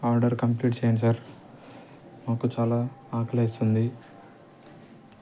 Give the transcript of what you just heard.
order complete చెయ్యండి sir మాకు చాలా ఆకలేస్తుంది